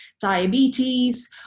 diabetes